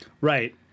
Right